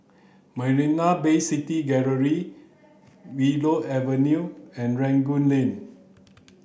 Marina Bay City Gallery Willow Avenue and Rangoon Lane